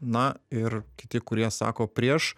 na ir kiti kurie sako prieš